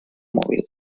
mòbil